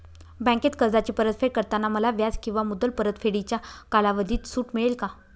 बँकेत कर्जाची परतफेड करताना मला व्याज किंवा मुद्दल परतफेडीच्या कालावधीत सूट मिळेल का?